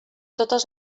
totes